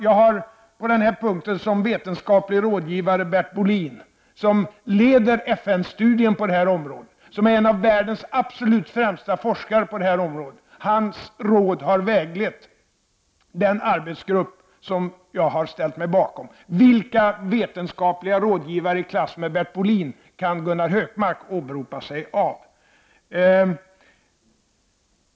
Jag har som vetenskaplig rådgivare Bert Bolin, som leder FN-studien på det här området och som är en av världens absolut främsta forskare på detta område. Hans råd har väglett den arbetsgrupp som jag har ställt mig bakom. Vilka vetenskapliga rådgivare i klass med Bert Bolin kan Gunnar Hökmark åberopa sig på?